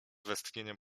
westchnieniem